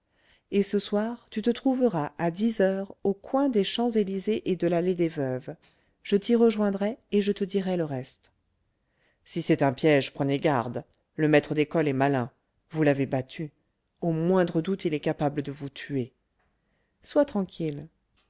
et ce soir tu te trouveras à dix heures au coin des champs-élysées et de l'allée des veuves je t'y rejoindrai et je te dirai le reste si c'est un piège prenez garde le maître d'école est malin vous l'avez battu au moindre doute il est capable de vous tuer sois tranquille